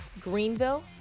Greenville